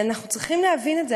אנחנו צריכים להבין את זה.